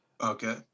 Okay